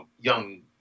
young